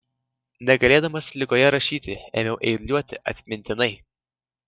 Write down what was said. negalėdamas ligoje rašyti ėmiau eiliuoti atmintinai